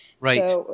Right